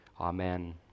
Amen